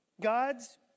God's